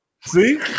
See